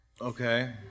okay